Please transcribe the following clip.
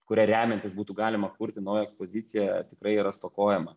kuria remiantis būtų galima kurti naują ekspoziciją tikrai yra stokojama